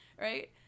right